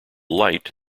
light